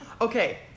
Okay